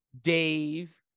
Dave